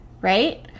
right